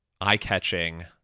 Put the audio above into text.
eye-catching